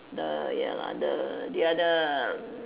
the ya lah the the other